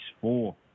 four